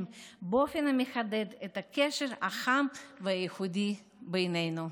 באופן המחדד את הקשר החם והייחודי בינינו.